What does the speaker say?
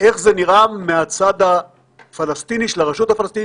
איך זה נראה מהצד הפלסטיני של הרשות הפלסטינית